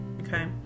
Okay